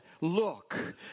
look